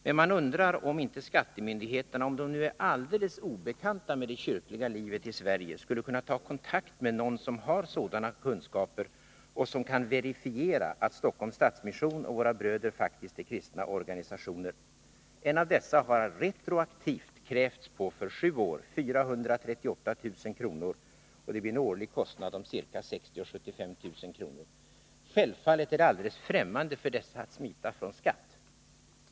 Men man undrar om inte skattemyndigheterna, om de nu är alldeles obekanta med det kyrkliga livet i Sverige, skulle kunna ta kontakt med någon som har sådana kunskaper och som kan verifiera att Stockholms stadsmission och Våra bröder faktiskt är kristna organisationer. En av dessa har retroaktivt krävts på moms för sju år med 438 000 kr., vilket blir en årlig kostnad av ca 60 000-75 000 kr. Självfallet är det alldeles ffrämmande för dessa organisationer att smita från skatt.